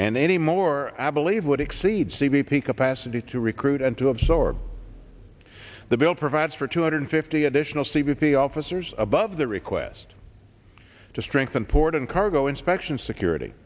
and any more i believe would exceed c b p capacity to recruit and to absorb the bill provides for two hundred fifty additional c b p officers above the request to strengthen port and cargo inspections security